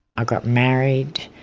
i got married,